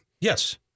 Yes